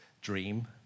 dream